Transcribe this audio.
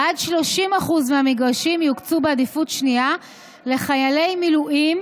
עד 30% מהמגרשים יוקצו בעדיפות שנייה לחיילי מילואים